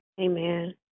Amen